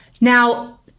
Now